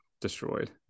destroyed